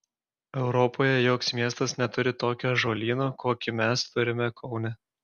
europoje joks miestas neturi tokio ąžuolyno kokį mes turime kaune